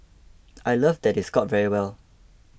I love that they scored very well